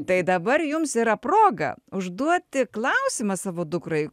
tai dabar jums yra proga užduoti klausimą savo dukrai